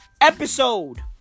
Episode